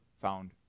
found